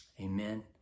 Amen